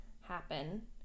happen